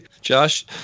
Josh